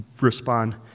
respond